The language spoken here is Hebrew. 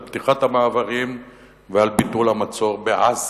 על פתיחת המעברים ועל ביטול המצור בעזה.